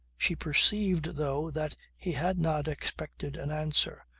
she perceived though that he had not expected an answer,